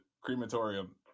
Crematorium